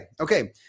Okay